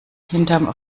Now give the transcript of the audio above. hinterm